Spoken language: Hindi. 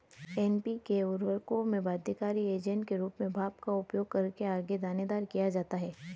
एन.पी.के उर्वरकों में बाध्यकारी एजेंट के रूप में भाप का उपयोग करके आगे दानेदार किया जाता है